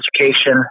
education